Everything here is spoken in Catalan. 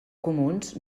comuns